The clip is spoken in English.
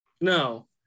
no